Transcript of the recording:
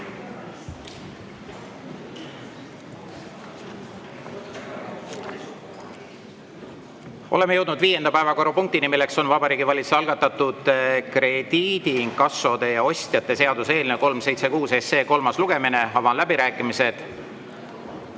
Oleme jõudnud viienda päevakorrapunktini, milleks on Vabariigi Valitsuse algatatud krediidiinkassode ja ‑ostjate seaduse eelnõu 376 kolmas lugemine. Avan läbirääkimised.